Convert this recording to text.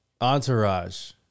Entourage